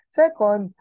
second